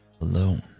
alone